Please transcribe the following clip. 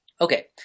Okay